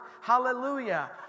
hallelujah